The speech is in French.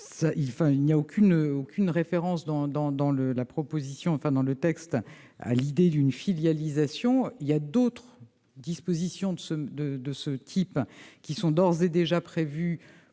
Il n'y a aucune référence dans le texte à la notion de filialisation. En revanche, d'autres dispositions de ce type sont d'ores et déjà prévues